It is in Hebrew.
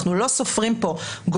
אנחנו לא סופרים פה גולגולות,